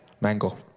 mango